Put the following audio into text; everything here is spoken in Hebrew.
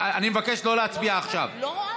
אני מבקש לא להצביע עכשיו.